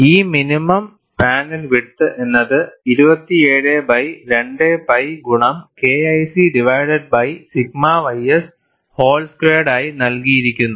ഈ minimum panel width എന്നത് 27 by 2 pi ഗുണം KIC divided by sigma ys whole squared ആയി നൽകിയിരിക്കുന്നു